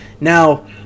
Now